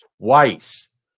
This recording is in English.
twice